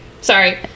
sorry